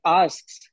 asks